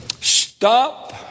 Stop